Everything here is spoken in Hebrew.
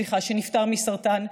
שנפטר מסרטן.